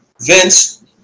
Vince